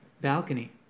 balcony